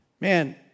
man